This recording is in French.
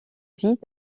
vide